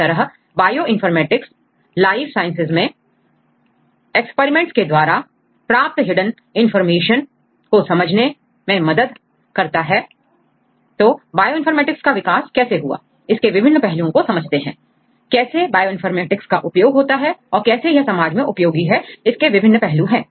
इस तरह bioinformatics life sciences में एक्सपेरिमेंट्स के द्वारा प्राप्त हिडन इंफॉर्मेशन को समझने में मदद करता है तो बायो इनफॉर्मेटिक्स का विकास कैसे हुआ इसके विभिन्न पहलुओं को समझते हैं कैसे बायोइनफॉर्मेटिक्स का उपयोग होता है और कैसे यह समाज में उपयोगी है इसके विभिन्न पहलू हैं